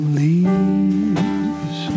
leaves